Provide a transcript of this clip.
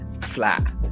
flat